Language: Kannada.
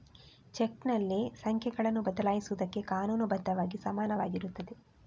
ಚೆಕ್ನಲ್ಲಿ ಸಂಖ್ಯೆಗಳನ್ನು ಬದಲಾಯಿಸುವುದಕ್ಕೆ ಕಾನೂನು ಬದ್ಧವಾಗಿ ಸಮಾನವಾಗಿರುತ್ತದೆ